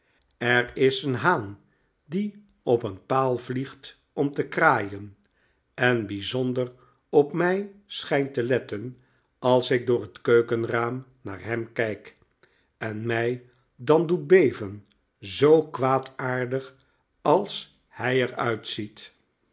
er is een haan die op een paal vliegt om te kraaien en bijzonder op mij schijnt te letten als ik door het keukenraam naar hem kijk en mij dan doet beven zoo kwaadaardig als hij er uitziet